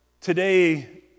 today